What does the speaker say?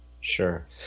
Sure